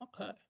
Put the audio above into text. Okay